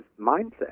mindset